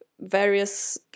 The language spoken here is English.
various